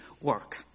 work